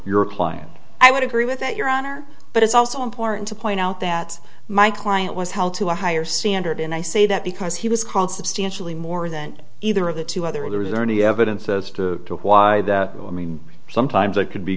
your client i would agree with that your honor but it's also important to point out that my client was held to a higher standard and i say that because he was called substantially more than either of the two other or is there any evidence as to why that i mean sometimes it c